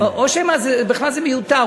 או שבכלל זה מיותר.